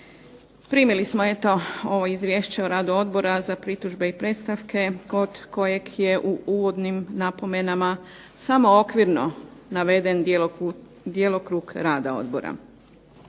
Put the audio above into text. Primili smo ovo izvješće Odbora za predstavke i pritužbe kod kojeg je u uvodnim napomenama samo okvirno naveden djelokrug rada Odbora.